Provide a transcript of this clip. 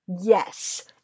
Yes